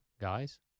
guys